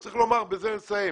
צריך לומר, ובזה נסיים,